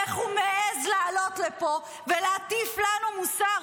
איך הוא מעז לעלות לפה ולהטיף לנו מוסר?